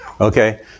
okay